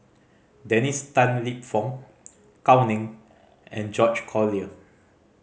Dennis Tan Lip Fong Gao Ning and George Collyer